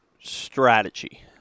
strategy